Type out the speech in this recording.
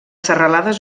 serralades